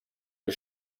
wir